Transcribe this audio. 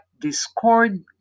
discord